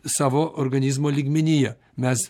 savo organizmo lygmenyje mes